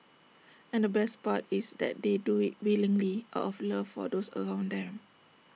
and the best part is that they do IT willingly out of love for those around them